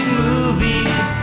movies